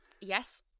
yes